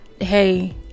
hey